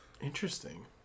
Interesting